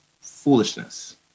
foolishness